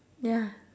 ya